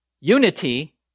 unity